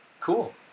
Cool